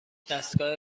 دستگاه